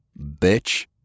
Bitch